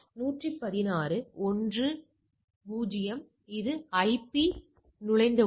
116 dot 1 dot 0 இது IP நுழைவுடன்